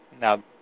Now